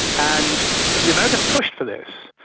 and the americans pushed for this.